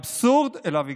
מהאבסורד שאליו הגענו.